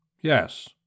Yes